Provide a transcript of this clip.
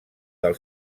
del